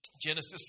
Genesis